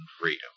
freedom